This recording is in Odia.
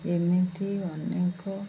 ଏମିତି ଅନେକ